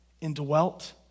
indwelt